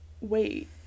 wait